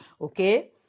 Okay